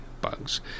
bugs